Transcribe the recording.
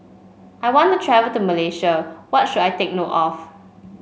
I want to travel to Malaysia What should I take note of